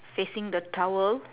facing the towel